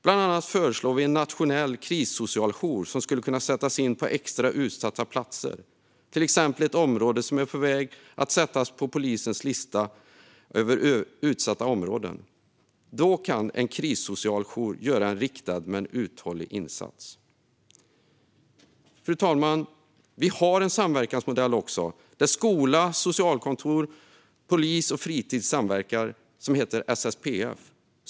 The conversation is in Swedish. Vi föreslår bland annat en nationell krissocialjour som ska kunna sättas in på extra utsatta platser, till exempel ett område som är på väg att sättas på polisens lista över utsatta områden. Då kan en krissocialjour göra en riktad men uthållig insats. Fru talman! Vi har en samverkansmodell där skola, socialkontor, polis och fritid samverkar. Den heter SSPF.